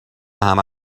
همه